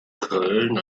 köln